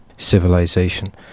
civilization